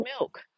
milk